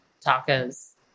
tacos